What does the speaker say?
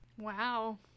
wow